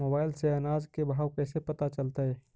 Mobile से अनाज के भाव कैसे पता चलतै?